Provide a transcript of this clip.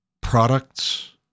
products